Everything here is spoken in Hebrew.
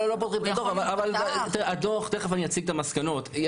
מיד אציג את מסקנות הדוח,